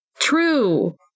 True